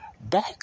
back